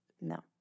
No